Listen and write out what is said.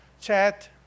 chat